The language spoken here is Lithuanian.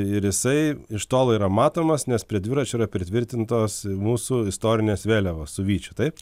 ir jisai iš tolo yra matomas nes prie dviračio yra pritvirtintos mūsų istorinės vėliavos su vyčiu taip